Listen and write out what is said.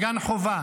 גן חובה.